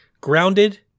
Grounded